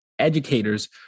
educators